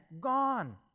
gone